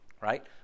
right